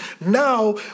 now